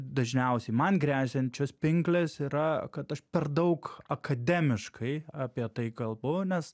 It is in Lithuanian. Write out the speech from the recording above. dažniausiai man gresiančios pinklės yra kad aš per daug akademiškai apie tai kalbu nes